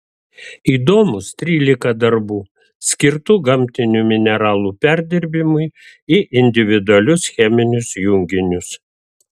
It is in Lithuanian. įdomūs trylika darbų skirtų gamtinių mineralų perdirbimui į individualius cheminius junginius